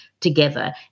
together